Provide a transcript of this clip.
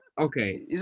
okay